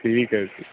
ਠੀਕ ਹ ਜੀ